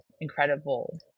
incredible